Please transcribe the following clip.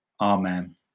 amen